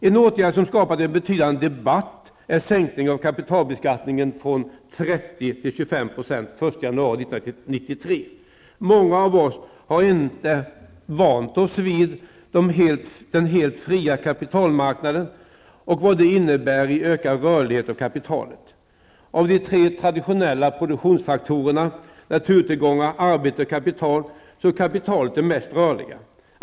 En åtgärd som skapat en betydande debatt är sänkningen av kapitalbeskattningen från 30 % till 25 % den 1 januari 1993. Många av oss har ännu inte vant oss vid den helt fria kapitalmarknaden och vad detta innebär i ökad rörlighet av kapitalet. Av de tre traditionella produktionsfaktorerna, naturtillgångar, arbete och kapital så är kapitalet det mest rörliga.